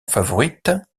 favorite